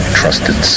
trusted